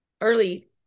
early